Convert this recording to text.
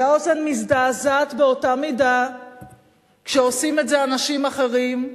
האוזן מזדעזעת באותה מידה כשעושים את זה אנשים אחרים,